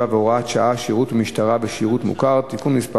והוראת שעה) (שירות במשטרה ושירות מוכר) (תיקון מס'